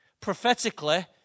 prophetically